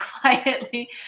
quietly